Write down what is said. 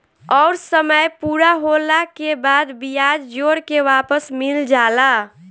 अउर समय पूरा होला के बाद बियाज जोड़ के वापस मिल जाला